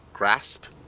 grasp